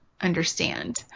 understand